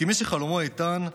כי מי שחלומו איתן,